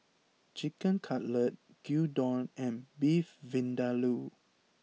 Chicken Cutlet Gyudon and Beef Vindaloo